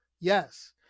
Yes